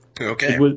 Okay